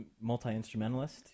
multi-instrumentalist